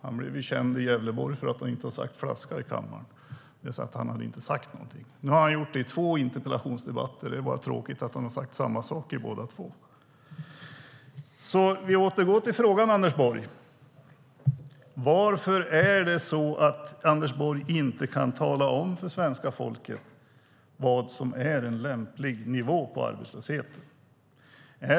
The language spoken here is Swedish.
Han blev känd i Gävleborg för att inte ha sagt flaska i kammaren, det vill säga att han inte hade sagt någonting. Nu har han gjort det i två interpellationsdebatter. Det är bara tråkigt att han har sagt samma sak i båda två. Vi återgår till frågan, Anders Borg. Varför kan inte Anders Borg tala om för svenska folket vad som är en lämplig nivå på arbetslösheten?